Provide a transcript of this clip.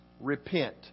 Repent